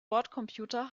bordcomputer